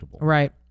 Right